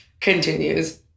continues